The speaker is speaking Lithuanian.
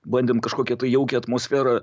bandėm kažkokią tai jaukią atmosferą